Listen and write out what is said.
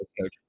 coach